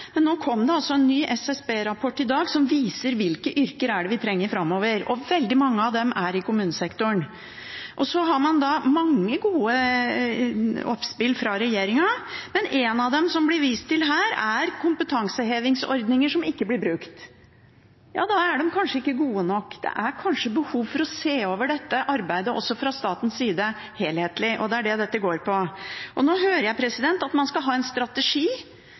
Men nå kom det altså en ny SSB-rapport i dag, som viser hvilke yrker vi trenger framover, og veldig mange av dem er i kommunesektoren. Så har man mange gode oppspill fra regjeringen, men et av dem, som det blir vist til her, er kompetansehevingsordninger som ikke blir brukt. Ja, da er de kanskje ikke gode nok. Det er kanskje behov for å se over dette arbeidet også fra statens side, helhetlig, og det er det dette går på. Og nå hører jeg at man skal ha en strategi.